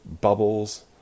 bubbles